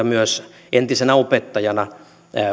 myös entisenä opettajana